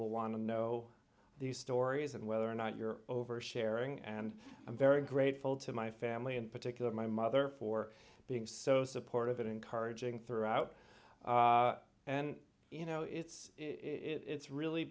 will want to know these stories and whether or not you're over sharing and i'm very grateful to my family in particular my mother for being so supportive and encouraging throughout and you know it's it's really